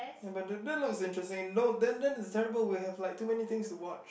ya but that that looks interesting no then then the terrible we have like too many things to watch